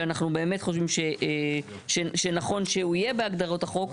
שאנחנו באמת חושבים שנכון שהוא יהיה בהגדרות החוק,